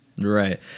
Right